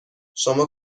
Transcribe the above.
شما